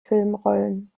filmrollen